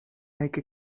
make